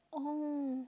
oh